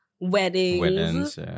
weddings